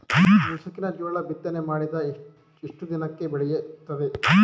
ಮುಸುಕಿನ ಜೋಳ ಬಿತ್ತನೆ ಮಾಡಿದ ಎಷ್ಟು ದಿನಕ್ಕೆ ಬೆಳೆಯುತ್ತದೆ?